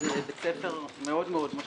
זה בית ספר מאוד מאוד משמעותי,